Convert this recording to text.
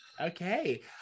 Okay